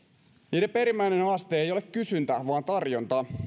niiden perimmäinen haaste ei ei ole kysyntä vaan tarjonta